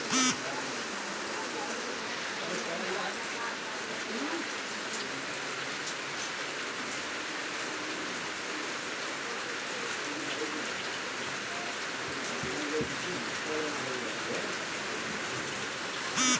आम, लताम, नारियर आ बरहर स्थायी फसल छै